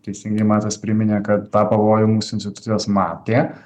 teisingai matas priminė kad tą pavojų mūsų institucijos matė